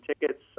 tickets